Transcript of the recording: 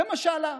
זה מה שעלה,